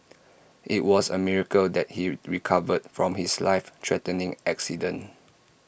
IT was A miracle that he recovered from his life threatening accident